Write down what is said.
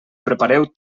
prepareu